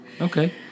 Okay